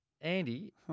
Andy